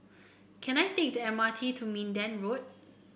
can I take the M R T to Minden Road